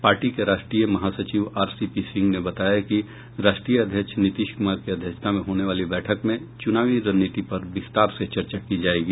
party के राष्ट्रीय महासचिव आर सी पी सिंह ने बताया कि राष्ट्रीय अध्यक्ष नीतीश कुमार की अध्यक्षता में होने वाली बैठक में चुनावी रणनीति पर विस्तार से चर्चा की जायेगी